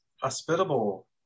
Hospitable